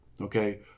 Okay